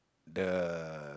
the